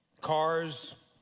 Cars